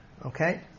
Okay